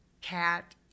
cat